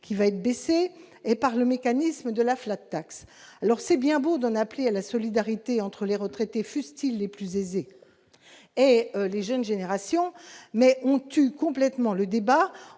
qui va être baissé et par le mécanisme de la flotte taxe alors c'est bien beau d'en appeler à la solidarité entre les retraités, fusse-t-il les plus aisés et les jeunes générations mais on tue complètement le débat